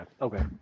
okay